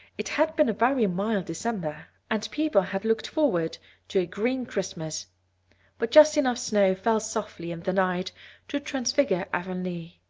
it had been a very mild december and people had looked forward to a green christmas but just enough snow fell softly in the night to transfigure avonlea.